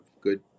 good